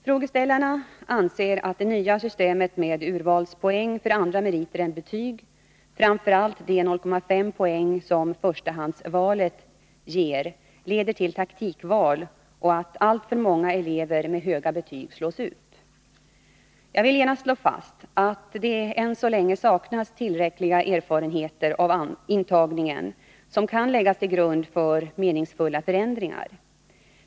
Frågeställarna anser att det nya systemet med urvalspoäng för andra meriter än betyg, framför allt de 0,5 poäng som förstahandsvalet ger, leder till taktikval och att alltför många elever med höga betyg slås ut. Jag vill genast slå fast att det än så länge saknas tillräckliga erfarenheter av intagningen som kan läggas till grund för meningsfulla förändringar.